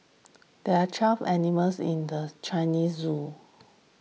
there are twelve animals in the Chinese zoo